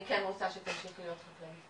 אני כן רוצה שתמשיכי להיות חקלאית.